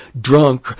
drunk